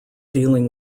dealing